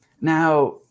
Now